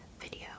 video